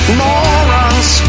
morons